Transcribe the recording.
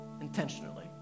intentionally